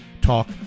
talk